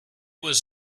was